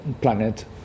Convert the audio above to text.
planet